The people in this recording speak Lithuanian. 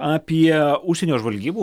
apie užsienio žvalgybų